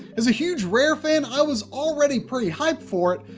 as a huge rare fan, i was already pretty hyped for it,